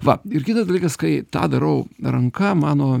va ir kitas dalykas kai tą darau ranka mano